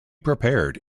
prepared